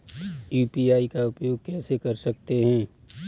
UPI का उपयोग कैसे कर सकते हैं?